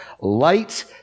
Light